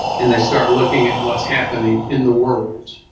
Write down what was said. and they start looking at what's happening in the world